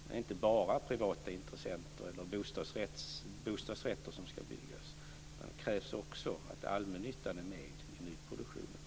Det ska inte bara vara privata intressenter, och det är inte bara bostadsrätter som ska byggas. Det krävs också att allmännyttan är med i nyproduktionen.